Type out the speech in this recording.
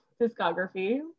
discography